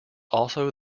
also